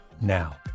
now